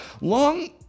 Long